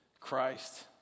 Christ